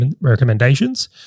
recommendations